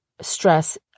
stress